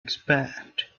expand